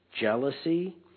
jealousy